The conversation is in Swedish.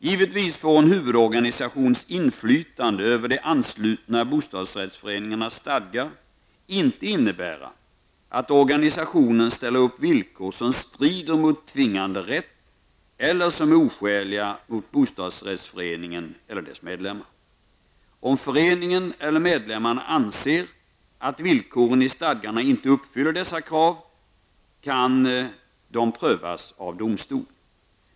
Givetvis får en huvudorganisations inflytande över de anslutna bostadsrättsföreningarnas stadgar inte innebära att organisationen ställer upp villkor som strider mot tvingade rätt eller som är oskäliga mot bostadsrättsföreningen eller dess medlemmar. Om föreningen eller medlemmarna anser att villkoren i stadgarna inte uppfyller dessa krav, kan de prövas i domstol.